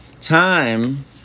Time